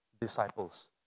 disciples